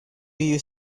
you